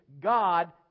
God